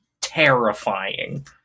terrifying